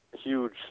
huge